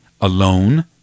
alone